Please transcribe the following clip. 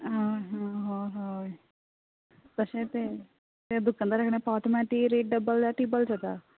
आं हय हय तशें तें ते दुकानदारा कडेन पावता म्हणल्यार ती रेट डबल वा टिबल जाता